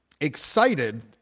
excited